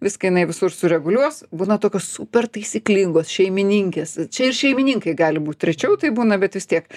viską jinai visur sureguliuos būna tokios super taisyklingos šeimininkės čia ir šeimininkai gali būt rečiau tai būna bet vis tiek